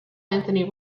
anthony